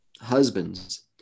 Husbands